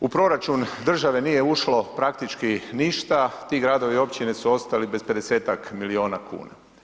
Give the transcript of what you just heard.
U proračun države nije ušlo praktički ništa, ti gradovi i općine su ostali bez 50-tak milijuna kuna.